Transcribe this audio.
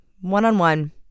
one-on-one